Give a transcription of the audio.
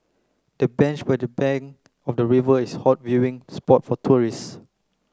the bench by the bank of the river is a hot viewing spot for tourists